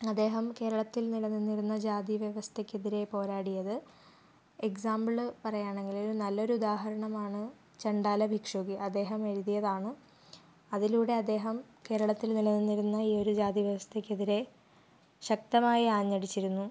അദ്ദേഹം കേരളത്തിൽ നിലനിന്നിരുന്ന ജാതി വ്യവസ്ഥക്കെതിരെ പോരാടിയത് എക്സാംപിൾ പറയുകയാണെങ്കിൽ ഒരു നല്ലൊരുദാഹരണമാണ് ചണ്ടാലഭിക്ഷുകി അദ്ദേഹം എഴുതിയതാണ് അതിലൂടെ അദ്ദേഹം കേരളത്തിൽ നിലനിന്നിരുന്ന ഈ ഒരു ജാതി വ്യവസ്ഥക്കെതിരെ ശക്തമായി ആഞ്ഞടിച്ചിരുന്നു